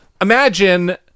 imagine